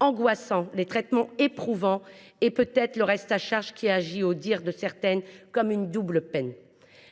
angoissants, les traitements éprouvants et, peut être, le reste à charge, qui est vécu, aux dires de certaines, comme une double peine.